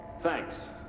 Thanks